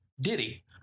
Diddy